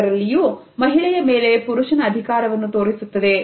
ಅದರಲ್ಲಿಯೂ ಮಹಿಳೆಯ ಮೇಲೆ ಪುರುಷನ ಅಧಿಕಾರವನ್ನು ತೋರಿಸುತ್ತದೆ